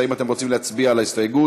האם אתם רוצים להצביע על ההסתייגות?